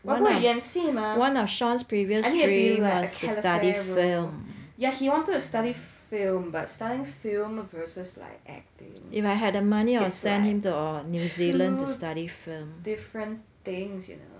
我不会演戏嘛 I need to be like calefare role yeah he wanted to study film but studying film versus like acting it's like two different things you know